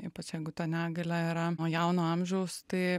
ypač jeigu ta negalia yra nuo jauno amžiaus tai